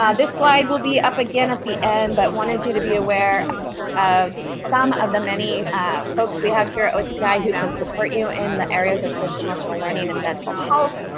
ah this slide will be up again at the end, but wanted you to be aware of some of the many folks we have here at ospi who can support you in the areas of social emotional learning and mental health,